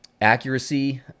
accuracy